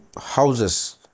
houses